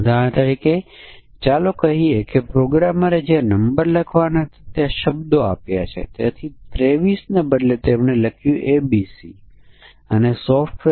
ઉદાહરણ તરીકે આપણે આપેલ તારીખ માટે દિવસની ગણતરી કરવા માંગીએ છીએ